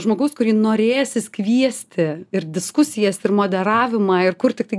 žmogaus kurį norėsis kviesti ir diskusijas ir modeliavimą ir kur tiktai